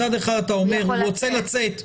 מצד אחד אתה אומר שהוא רוצה לצאת,